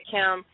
Kim